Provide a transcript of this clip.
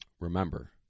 remember